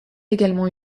également